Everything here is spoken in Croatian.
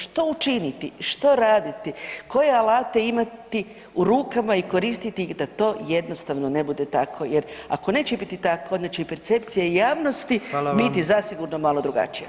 Što učiniti, što uraditi, koje alate imati u rukama i koristiti ih da to jednostavno ne bude tako jer ako neće biti tako onda će i percepcija javnosti biti zasigurno malo drugačija.